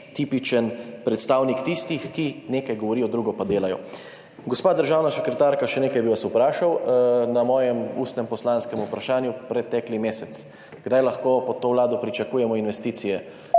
tipičen predstavnik tistih, ki nekaj govorijo, drugo pa delajo. Gospa državna sekretarka, še nekaj bi vas vprašal. Na moje ustno poslansko vprašanje pretekli mesec, kdaj lahko pod to vlado pričakujemo investicije